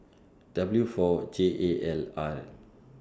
W four J A L R